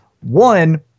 one